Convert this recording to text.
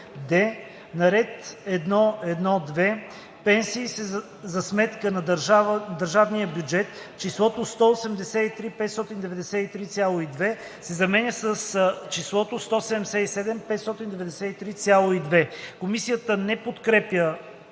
д) На ред „1.1.2. Пенсии за сметка на държавния бюджет“ числото „183 593,2“ се заменя с числото „177 593,2“.“ Комисията не подкрепя